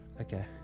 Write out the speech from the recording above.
Okay